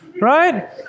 Right